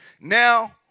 Now